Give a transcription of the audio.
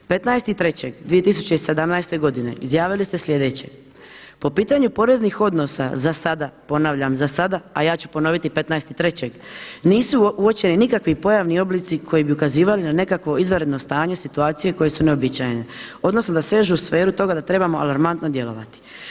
15.3.2017. godine izjavili ste sljedeće, po pitanju poreznih odnosa, za sada, ponavljam za sada a ja ću ponoviti 15.3., nisu uočeni nikakvi pojavni oblici koji bi ukazivali na nekakvo izvanredno stanje, situacije koje su neuobičajene, odnosno da sežu u sferu toga da trebamo alarmantno djelovati.